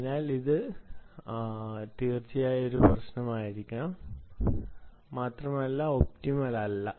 അതിനാൽ ഇത് തീർച്ചയായും ഒരു പ്രശ്നമായിരിക്കാം മാത്രമല്ല ഒപ്റ്റിമൽ അല്ല